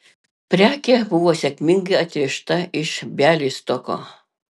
prekė buvo sėkmingai atvežta iš bialystoko